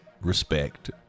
Respect